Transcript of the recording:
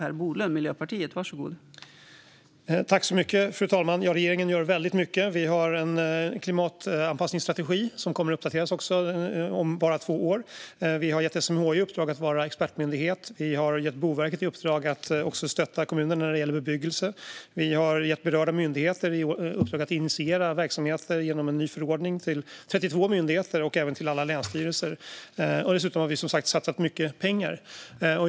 Fru talman! Regeringen gör väldigt mycket. Vi har en klimatanpassningsstrategi som kommer att uppdateras om bara två år. Vi har gett SMHI i uppdrag att vara expertmyndighet. Vi har gett Boverket i uppdrag att också stötta kommuner när det gäller bebyggelse. Vi har gett berörda myndigheter i uppdrag att initiera verksamheter genom en ny förordning till 32 myndigheter och även till alla länsstyrelser. Dessutom har vi som sagt satsat mycket pengar.